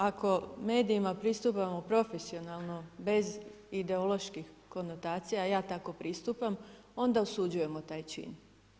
Ako medijima pristupamo profesionalno bez ideoloških konotacija, a ja tako pristupam, onda osuđujemo taj cilj.